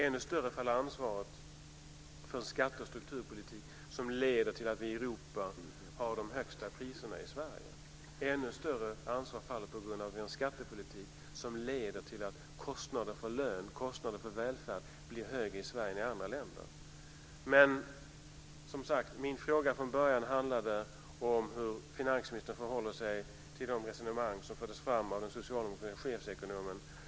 Ännu tyngre faller ansvaret för en skatte och strukturpolitik som leder till att vi i Sverige har de högsta priserna i Europa. Ännu tyngre faller ansvaret för att vi har en skattepolitik som leder till att kostnaderna för lön och för välfärd blir högre i Sverige än i andra länder. Men min fråga från början handlade som sagt om hur finansministern förhåller sig till de resonemang som förts fram av den socialdemokratiske chefsekonomen.